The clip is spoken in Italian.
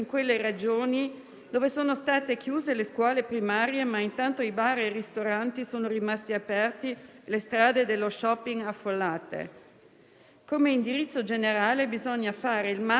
Come indirizzo generale, bisogna fare il massimo per l'apertura della scuola primaria e dell'infanzia, per mettere i genitori e soprattutto le donne nella condizione di lavorare.